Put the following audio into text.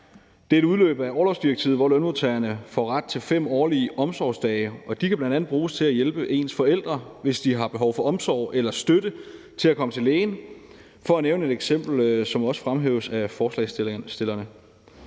Den udløber af orlovsdirektivet, hvor lønmodtagerne får ret til 5 årlige omsorgsdage. De kan bruges til at hjælpe ens forældre, hvis de har behov for omsorg eller støtte til at komme til lægen – for at nævne et eksempel, som også fremhæves af forslagsstillerne.